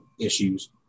issues